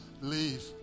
leave